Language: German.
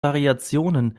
variationen